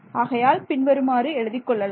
ஆகையால் பின்வருமாறு எழுதிக் கொள்ளலாம்